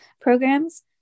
programs